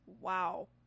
Wow